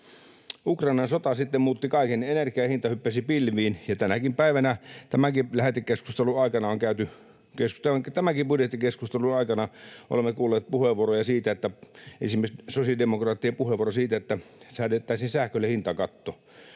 Ukrainan sota sitten muutti kaiken. Energian hinta hyppäsi pilviin, ja tänäkin päivänä, tämänkin budjettikeskustelun aikana olemme kuulleet esimerkiksi sosiaalidemokraattien puheenvuoron siitä, että säädettäisiin sähkölle hintakatto.